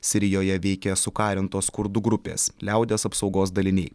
sirijoje veikia sukarintos kurdų grupės liaudies apsaugos daliniai